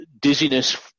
dizziness